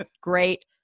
great